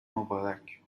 مبارک